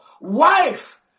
wife